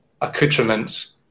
accoutrements